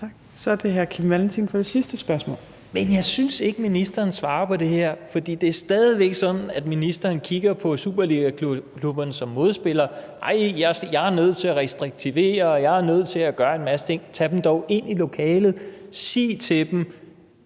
Så er det hr. Kim Valentin for det sidste spørgsmål. Kl. 19:16 Kim Valentin (V): Men jeg synes ikke, ministeren svarer på det her. For det er stadig væk sådan, at ministeren kigger på superligaklubberne som modspillere, som at: Nej, jeg er nødt til at restringere, og jeg er nødt til at gøre en masse ting. Tag dem dog ind i lokalet, og sig til dem,